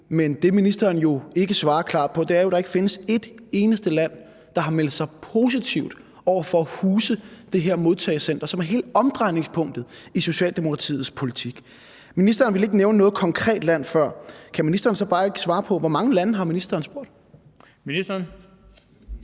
men det, ministeren ikke rigtig kommer ind på i sit svar, er jo, at der ikke findes ét eneste land, der har meldt positivt ud med hensyn til at huse det her modtagecenter, hvilket er hele omdrejningspunktet i Socialdemokratiets politik. Ministeren ville ikke nævne noget konkret land før, men kan ministeren så ikke bare svare på, hvor mange lande ministeren har spurgt? Kl.